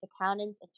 accountants